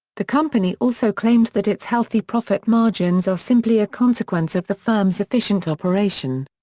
the company also claimed that its healthy profit margins are simply a consequence of the firm's efficient operation.